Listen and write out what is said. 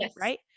right